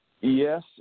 Yes